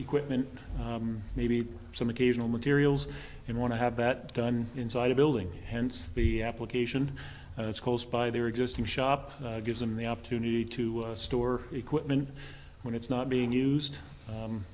equipment maybe some occasional materials and want to have that done inside a building hence the application and it's close by their existing shop gives them the opportunity to store equipment when it's not being used